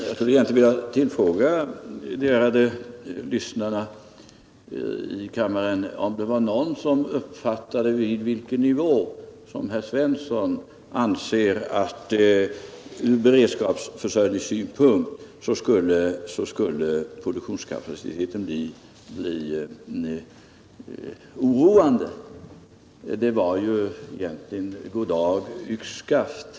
Herr talman! Jag skulle vilja tillfråga de ärade lyssnarna i kammaren om det var någon som uppfattade vid vilken nivå herr Svensson anser att produktionskapaciteten från beredskapsförsörjningssynpunkt skulle bli oroande. Det var ju egentligen goddag-yxskaft.